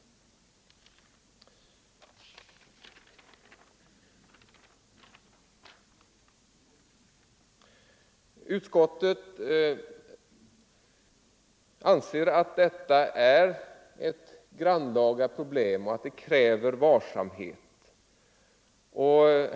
13 november 1974 Utskottet anser att detta är ett grannlaga problem och att det kräver varsamhet.